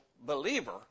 believer